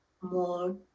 more